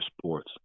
sports